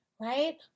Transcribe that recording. Right